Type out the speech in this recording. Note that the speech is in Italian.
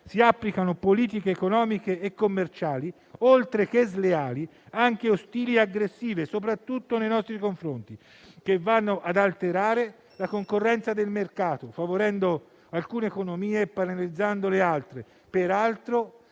si applichino politiche economiche e commerciali oltre che sleali, anche ostili e aggressive, soprattutto nei nostri confronti, che vanno ad alterare la concorrenza del mercato favorendo alcune economie e penalizzandone altre,